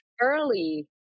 early